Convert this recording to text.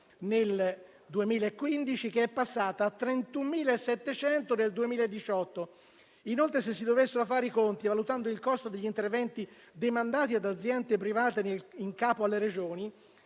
nel 2018 è passata a 31.700 euro. Inoltre, se si dovessero fare i conti valutando il costo degli interventi demandati ad aziende private in capo alle Regioni,